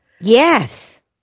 Yes